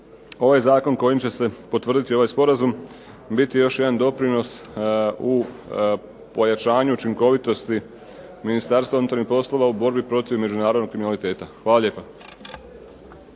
ovaj zakon kojim će se potvrditi ovaj sporazum biti još jedan doprinos u pojačanju učinkovitosti Ministarstva unutarnjih poslova u borbi protiv međunarodnog kriminaliteta. Hvala lijepa.